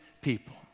people